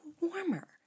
warmer